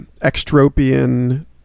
extropian